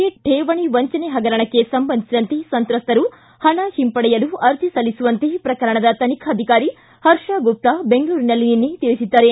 A ಕೇವಣಿ ವಂಚನೆ ಹಗರಣಕ್ಕೆ ಸಂಬಂಧಿಸಿದಂತೆ ಸಂತ್ರಸ್ತರು ಹಣ ಹಿಂಪಡೆಯಲು ಅರ್ಜಿ ಸಲ್ಲಿಸುವಂತೆ ಪ್ರಕರಣದ ತನಿಖಾಧಿಕಾರಿ ಹರ್ಷ ಗುಪ್ತ ಬೆಂಗಳೂರಿನಲ್ಲಿ ನಿನ್ನೆ ತಿಳಿಸಿದ್ದಾರೆ